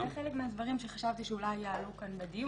זה חלק מהדברים שחשבתי שאולי יעלו כאן לדיון.